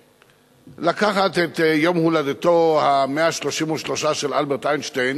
ולקחת את יום הולדתו ה-133 של אלברט איינשטיין